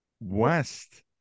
west